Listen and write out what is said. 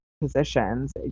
positions